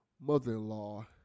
mother-in-law